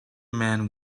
man